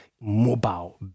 mobile